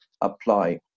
apply